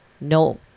no